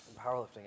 powerlifting